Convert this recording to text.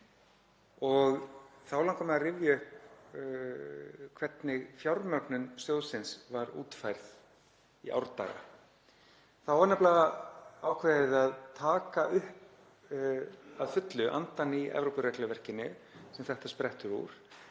Þá langar mig að rifja upp hvernig fjármögnun sjóðsins var útfærð í árdaga. Þá var nefnilega ákveðið að taka upp að fullu andann í Evrópuregluverkinu sem þetta sprettur úr